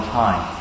time